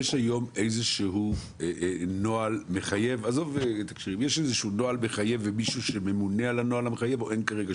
היום איזשהו נוהל מחייב ומישהו שממונה על הנוהל המחייב או כרגע אין.